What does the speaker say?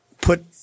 put